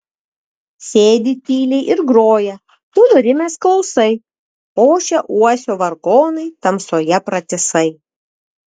sėdi tyliai ir groja tu nurimęs klausai ošia uosio vargonai tamsoje pratisai